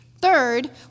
Third